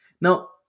Now